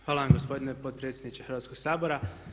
Hvala vam gospodine potpredsjedniče Hrvatskog sabora.